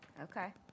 Okay